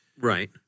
Right